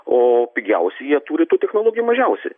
o pigiausi jie turi tų technologijų mažiausiai